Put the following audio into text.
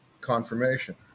confirmation